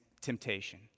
temptation